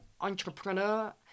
entrepreneur